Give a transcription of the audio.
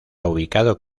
ubicado